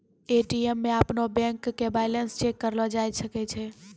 ATM मे अपनो bank के बैलेंस चेक करलो जाय सकै छै